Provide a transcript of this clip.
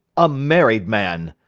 a married man,